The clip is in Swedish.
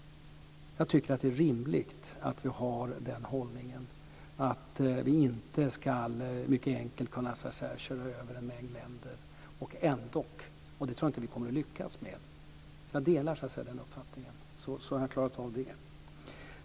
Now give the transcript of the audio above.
Jag tycker att det är rimligt att vi har den hållningen att vi inte mycket enkelt ska kunna köra över en mängd länder. Därmed har jag klarat av det.